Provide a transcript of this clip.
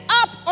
up